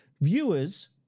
Viewers